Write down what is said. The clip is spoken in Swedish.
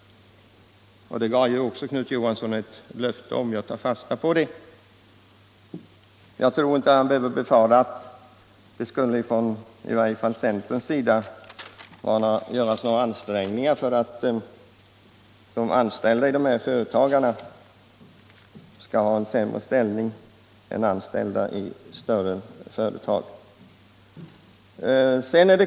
Det gav också Knut Johansson löfte om, och jag tar fasta på det. Han behöver inte befara att i varje fall vi från centern kommer att göra några ansträngningar som innebär att de anställda i småföretagen får en sämre ställning än anställda i större företag.